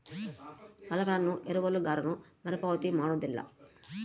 ಸಾಲಗಳನ್ನು ಎರವಲುಗಾರನು ಮರುಪಾವತಿ ಮಾಡೋದಿಲ್ಲ